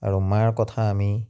আৰু মাৰ কথা আমি